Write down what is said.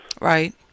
right